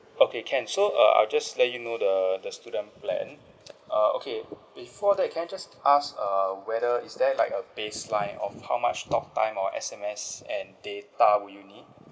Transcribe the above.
okay can so uh I'll just let you know the the student plan uh okay before that can I just ask err whether is there like a baseline of how talktime or S_M_S and data would you need